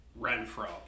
Renfro